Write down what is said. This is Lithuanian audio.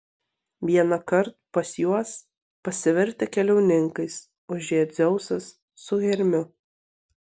vienąkart pas juos pasivertę keliauninkais užėjo dzeusas su hermiu